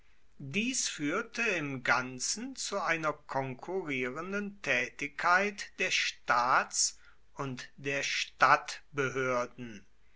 dies führte im ganzen zu einer konkurrierenden tätigkeit der staats und der